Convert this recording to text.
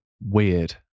weird